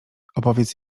opowiedz